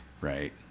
right